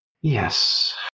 Yes